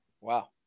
Wow